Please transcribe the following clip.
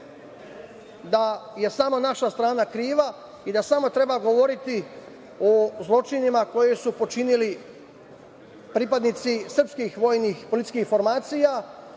da je samo naša strana kriva i da samo treba govoriti o zločinima koje su počinili pripadnici srpskih vojnih i policijskih formacija